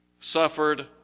suffered